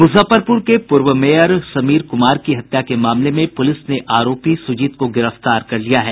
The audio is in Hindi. मुजफ्फरपुर के पूर्व मेयर समीर कुमार की हत्या के मामले में पुलिस ने आरोपी सुजीत को गिरफ्तार कर लिया है